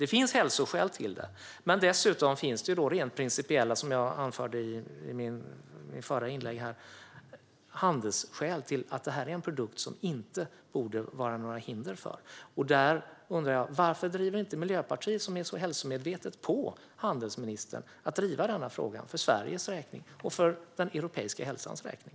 Det finns hälsoskäl, men dessutom finns det rent principiella skäl, som jag anförde i mitt förra inlägg. Det är handelsskäl, för detta är en produkt som det inte borde finnas några hinder för. Därför undrar jag: Varför driver inte Miljöpartiet, som är så hälsomedvetet, på handelsministern att driva denna fråga för Sveriges räkning och för den europeiska hälsans räkning?